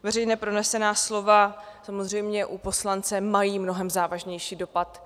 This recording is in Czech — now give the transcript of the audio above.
Veřejně pronesená slova samozřejmě u poslance mají mnohem závažnější dopad.